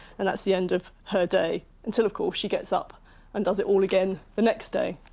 and that's the end of her day, until, of course, she gets up and does it all again the next day.